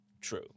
True